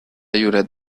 lloret